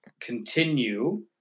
continue